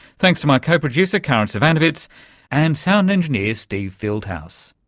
thanks to my co-producer karin zsivanovits and sound engineer steve fieldhouse.